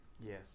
Yes